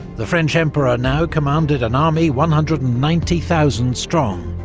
the french emperor now commanded an army one hundred and ninety thousand strong,